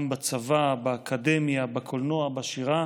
גם בצבא, באקדמיה, בקולנוע, בשירה,